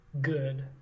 good